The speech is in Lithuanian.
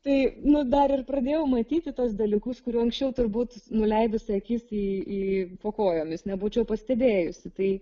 tai nu dar ir pradėjau matyti tuos dalykus kurių anksčiau turbūt nuleidusi akis į į po kojomis nebūčiau pastebėjusi tai